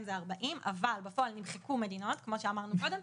זה 40 אבל בפועל נמחקו מדינות כמו שאמרנו קודם.